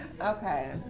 Okay